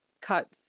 cuts